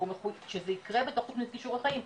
שזה יקרה בתוך תוכנית כישורי חיים.